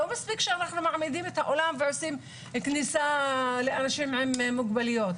לא מספיק שאנחנו מעמידים את האולם ועושים כניסה לאנשים עם מוגבלויות.